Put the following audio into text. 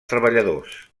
treballadors